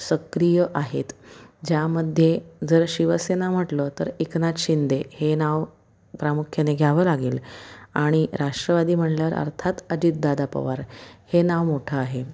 सक्रिय आहेत ज्यामध्ये जर शिवसेना म्हटलं तर एकनाथ शिंदे हे नाव प्रामुख्याने घ्यावं लागेल आणि राष्ट्रवादी म्हणल्यावर अर्थात अजितदादा पवार हे नाव मोठं आहे